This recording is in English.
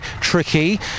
tricky